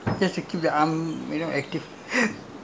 அது அங்க இங்க இங்க இருக்கே:athu angga ingga ingga irukkae